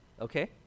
Okay